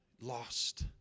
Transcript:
lost